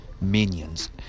minions